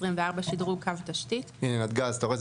שדרוג קו תשתית 24. (א)